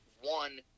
one